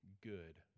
good